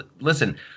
listen